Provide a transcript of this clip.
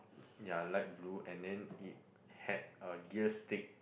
ya light blue and then it had a gear stick